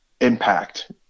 impact